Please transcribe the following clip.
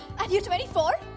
and you are twenty four?